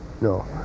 No